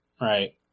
Right